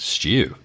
Stew